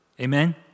Amen